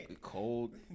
cold